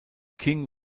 king